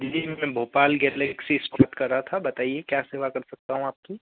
जी मैं भोपाल गेलेक्सी से बात कर रहा था बताइए क्या सेवा कर सकता हूँ आपकी